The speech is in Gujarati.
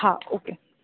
હા ઓકે